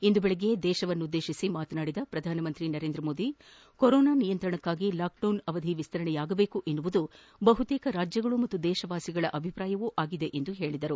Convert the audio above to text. ಇಂದು ಬೆಳಗ್ಗೆ ದೇಶವನ್ನುದ್ದೇಶಿಸಿ ಮಾತನಾಡಿದ ಪ್ರಧಾನಮಂತ್ರಿ ನರೇಂದ್ರ ಮೋದಿ ಕೊರೊನಾ ನಿಯಂತ್ರಣಕ್ಕಾಗಿ ಲಾಕ್ಡೌನ್ ಅವಧಿ ವಿಸ್ತರಣೆಯಾಗಬೇಕು ಎನ್ನುವುದು ಬಹುತೇಕ ರಾಜ್ಜಗಳು ಮತ್ತು ದೇಶವಾಸಿಗಳ ಅಭಿಪ್ರಾಯವೂ ಆಗಿದೆ ಎಂದು ಹೇಳಿದರು